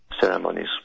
ceremonies